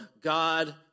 God